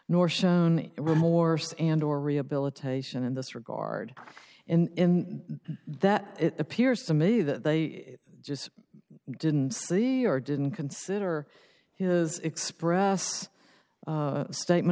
nor shown remorse and or rehabilitation in this regard in that it appears to me that they just didn't see or didn't consider his express statement